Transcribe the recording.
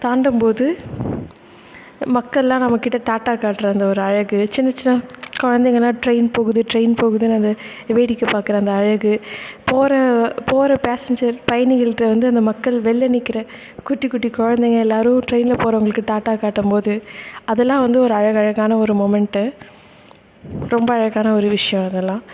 தாண்டும் போது மக்களெலாம் நம்ம கிட்ட டாட்டா காட்டுகிற அந்த அழகு சின்ன சின்ன குழந்தைங்கள்லாம் ட்ரெய்ன் போகுது ட்ரெய்ன் போகுது அதை வேடிக்கைப் பார்க்குற அந்த அழகு போகிற போகிற பேசஞ்சர் பயணிகள்கிட்ட வந்து அந்த மக்கள் வெளில நிற்கிற குட்டி குட்டி கொழந்தைங்க எல்லாரும் ட்ரெய்னில் போகிறவங்களுக்கு டாட்டா காட்டும் போது அதெலாம் வந்து ஒரு அழகழகான ஒரு மூமெண்ட்டு ரொம்ப அழகான ஒரு விஷயோம் அதெல்லாம்